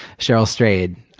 sheryl strayed,